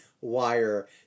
wire